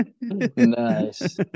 Nice